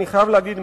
אני חייב להגיד,